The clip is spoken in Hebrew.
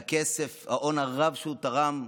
והכסף, ההון הרב, שהוא תרם,